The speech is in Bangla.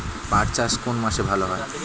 পাট চাষ কোন মাসে ভালো হয়?